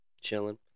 chilling